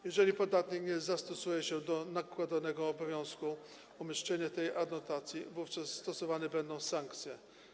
Jeżeli podatnik nie zastosuje się do nakładanego obowiązku umieszczenia tej adnotacji, wówczas stosowana będzie sankcja.